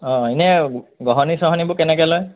অ ইনে গঢ়নি চঢ়নিবোৰ কেনেকৈ লয়